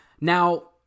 Now